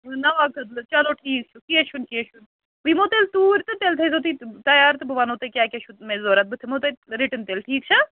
نَوا کٔدلہٕ چلو ٹھیٖک چھُ کیٚنٛہہ چھُنہٕ کیٚںٛہہ چھُنہٕ بہٕ یِمو تیٚلہِ توٗرۍ تہٕ تیٚلہِ تھٲوزیٚو تُہۍ تیار تہٕ بہٕ وَنہو تۄہہِ کیٛاہ کیٛاہ چھُ مےٚ ضروٗرت بہٕ دِمہو تۄہہِ رِٹٕن تیٚلہِ ٹھیٖک چھا